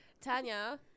Tanya